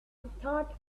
thought